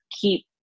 keep